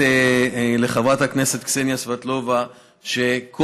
רציתי להגיד לחברת הכנסת קסניה סבטלובה שכל